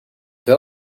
wel